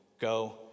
Go